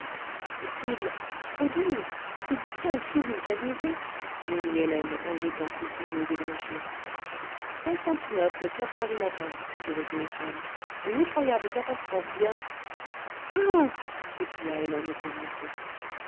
impossible trop dur c'est du caoutchouc vulcanisé gémit hélène en jetant ses ciseaux ébréchés constantinople heures du matin dit le téléphone une effroyable catastrophe vient encore s'écria hélène épouvantée